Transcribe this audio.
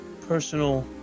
personal